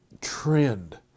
trend